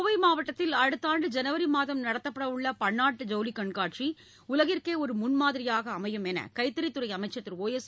கோவை மாவட்டத்தில் அடுத்த ஆண்டு ஜனவரி மாதம் நடத்தப்படவுள்ள பன்னாட்டு ஜவுளிக் கண்காட்சி உலகிற்கே ஒரு முன்மாதிரியாக அமையும் என கைத்தறித் துறை அமைச்சர் திரு ஒஎஸ்